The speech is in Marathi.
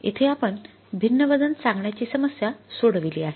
येथे आपण भिन्न वजन सांगण्याची समस्या सोडविली आहे